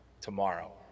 tomorrow